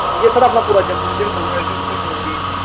इयां सर अपना जम्मू रिजन अपना डोगरा रिजन जित्थै डोगरी